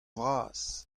vras